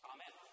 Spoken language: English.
Amen